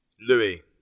Louis